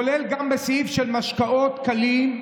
כולל בסעיף של משקאות קלים,